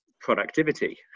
productivity